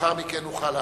לאחר מכן נוכל להרחיב.